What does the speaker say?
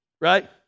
right